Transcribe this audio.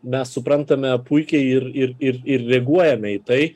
mes suprantame puikiai ir ir ir ir reaguojame į tai